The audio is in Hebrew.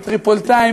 הטריפוליטאים,